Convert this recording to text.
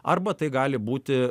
arba tai gali būti